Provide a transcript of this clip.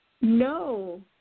No